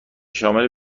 شامل